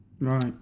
Right